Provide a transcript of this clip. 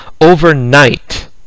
overnight